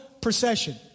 procession